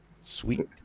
Sweet